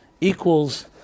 equals